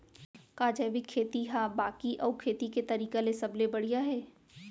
का जैविक खेती हा बाकी अऊ खेती के तरीका ले सबले बढ़िया हे?